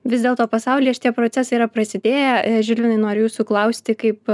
vis dėl to pasaulyje šitie procesai yra prasidėję žilvinai noriu jūsų klausti kaip